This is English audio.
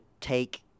take